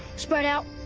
spread out,